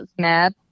mad